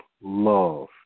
love